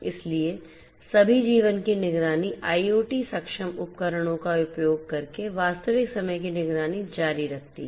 इसलिए सभी जीवन की निगरानी आईओटी सक्षम उपकरणों का उपयोग करके वास्तविक समय की निगरानी जारी रखती है